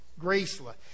Graceless